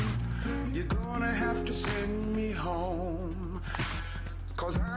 you gonna have to send me home cuz